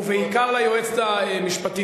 ובעיקר ליועצת המשפטית,